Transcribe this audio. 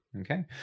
Okay